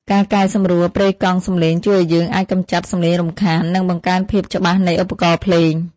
ការកែសម្រួលប្រេកង់សំឡេងជួយឱ្យយើងអាចកម្ចាត់សំឡេងរំខាន និង បង្កើនភាពច្បាស់នៃឧបករណ៍ភ្លេង។